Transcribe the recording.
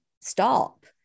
Stop